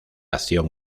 acción